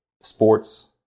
sports